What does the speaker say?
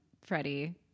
Freddie